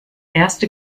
erste